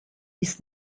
ist